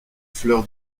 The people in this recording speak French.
fleur